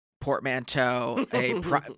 portmanteau